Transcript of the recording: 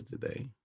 today